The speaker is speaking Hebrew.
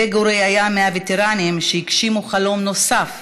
גריגורי היה מהווטרנים שהגשימו חלום נוסף